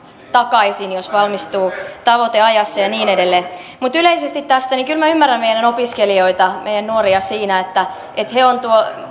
takaisin jos valmistuu tavoiteajassa ja niin edelleen mutta yleisesti tästä kyllä minä ymmärrän meidän opiskelijoita meidän nuoria siinä että että he